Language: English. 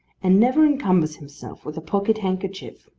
and never encumbers himself with a pocket-handkerchief.